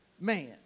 Man